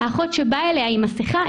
האחות שבאה אליה עם מסכה,